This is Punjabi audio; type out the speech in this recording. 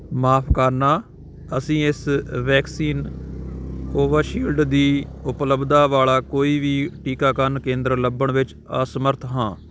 ਮਾਫ਼ ਕਰਨਾ ਅਸੀਂ ਇਸ ਵੈਕਸੀਨ ਕੋਵਿਸ਼ੀਲਡ ਦੀ ਉਪਲੱਬਧਤਾ ਵਾਲਾ ਕੋਈ ਵੀ ਟੀਕਾਕਰਨ ਕੇਂਦਰ ਲੱਭਣ ਵਿੱਚ ਅਸਮਰੱਥ ਹਾਂ